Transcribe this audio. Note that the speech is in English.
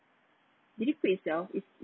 really quit itself is